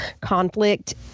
conflict